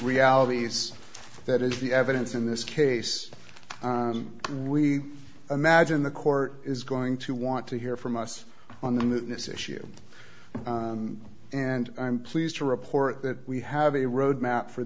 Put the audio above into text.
realities that is the evidence in this case we imagine the court is going to want to hear from us on this issue and i'm pleased to report that we have a road map for